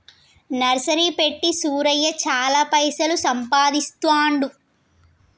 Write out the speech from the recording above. nursery పెట్టి సూరయ్య చాల పైసలు సంపాదిస్తాండు